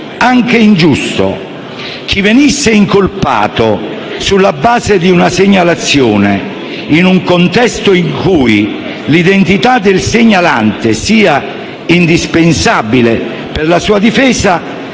anche ingiusto. Chi venisse incolpato sulla base di una segnalazione in un contesto in cui l'identità del segnalante sia indispensabile per la sua difesa,